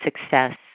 success